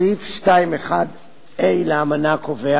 סעיף 2(1)(a) לאמנה קובע